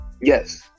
Yes